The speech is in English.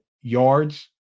yards